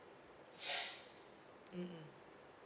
mm mm